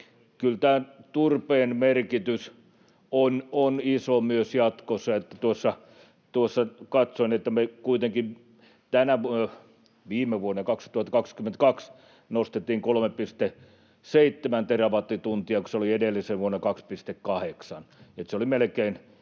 Kyllä tämä turpeen merkitys on iso myös jatkossa. Tuossa katsoin, että me kuitenkin viime vuonna 2022 nostettiin 3,7 terawattituntia, kun se oli edellisenä vuonna 2,8,